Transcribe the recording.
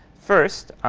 first,